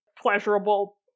pleasurable